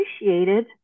appreciated